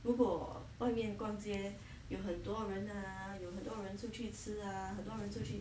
不过外面逛街有很多人 ah 有很多人出去吃 ah 很多人出去